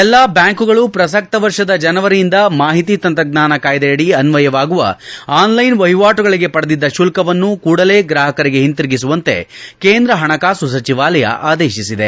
ಎಲ್ಲ ಬ್ಯಾಂಕುಗಳು ಪ್ರಸಕ್ತ ವರ್ಷದ ಜನವರಿಯಿಂದ ಮಾಹಿತಿ ತಂತ್ರಜ್ಞಾನ ಕಾಯ್ದೆಯಡಿ ಅನ್ವಯವಾಗುವ ಆನ್ಲೈನ್ ವಹಿವಾಟುಗಳಗೆ ಪಡೆದಿದ್ದ ಶುಲ್ಲವನ್ನು ಕೂಡಲೇ ಗ್ರಾಪಕರಿಗೆ ಹಿಂದಿರುಗಿಸುವಂತೆ ಕೇಂದ್ರ ಪಣಕಾಸು ಸಚಿವಾಲಯ ಆದೇಶಿಸಿದೆ